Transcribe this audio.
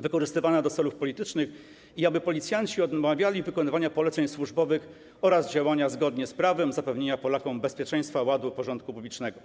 wykorzystywana do celów politycznych i aby policjanci odmawiali wykonywania poleceń służbowych oraz działania zgodnie z prawem, zapewniania Polakom bezpieczeństwa, ładu i porządku publicznego.